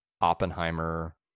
Oppenheimer